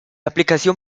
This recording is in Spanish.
aplicación